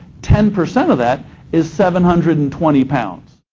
ten percent of that is seven hundred and twenty pound,